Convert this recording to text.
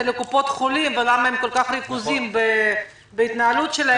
לקופות החולים ולמה הם כל כך ריכוזיים בהתנהלות שלהם.